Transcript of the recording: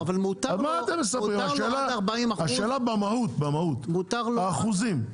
השאלה היא במהות, האחוזים.